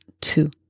two